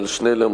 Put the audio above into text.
עתניאל שנלר,